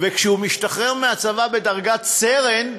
וכשהוא משתחרר מהצבא בדרגת סרן,